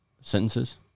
sentences